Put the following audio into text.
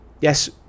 yes